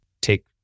take